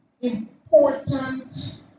important